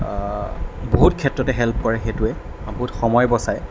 বহুত ক্ষেত্ৰতে হেল্প কৰে সেইটোৱে আৰু বহুত সময় বচায়